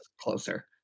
closer